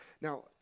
Now